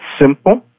simple